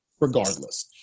Regardless